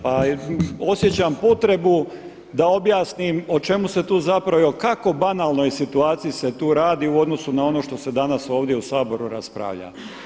Pa osjećam potrebu da objasnim o čemu se tu zapravo i o kako banalnoj situaciji se tu radi u odnosu na ono što se danas ovdje u Saboru raspravlja.